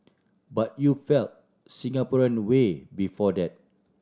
but you felt Singaporean way before that